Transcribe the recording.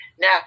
Now